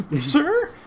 Sir